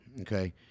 Okay